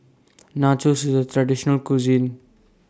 Nachos IS A Traditional Cuisine